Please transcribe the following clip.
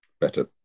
better